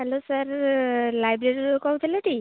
hello sir ଲାଇବ୍ରେରୀରୁ କହୁଥିଲେ କି